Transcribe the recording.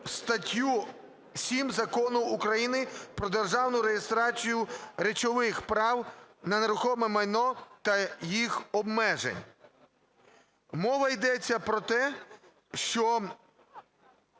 статтю 7 Закону України "Про державну реєстрацію речових прав на нерухоме майно та їх обмежень". Мова йдеться про те, що